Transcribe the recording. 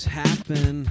happen